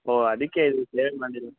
ಓಹ್ ಅದಕ್ಕೆ ಇದು ಮಾಡಿರೋದು